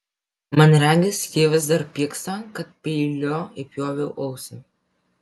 man regis ji vis dar pyksta kad peiliu įpjoviau ausį